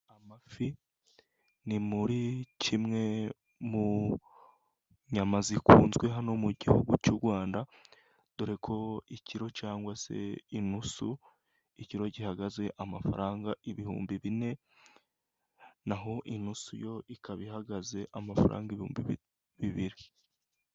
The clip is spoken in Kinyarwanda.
Amafi ni muri kimwe mu nyama zikunzwe hano mu gihugu cy'u Rwanda, dore ko ikiro cyangwa se inusu, ikiro gihagaze amafaranga ibihumbi bine, naho inusu yo ikaba ihagaze amafaranga ibihumbi bibiri.